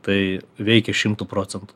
tai veikia šimtu procentų